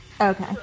Okay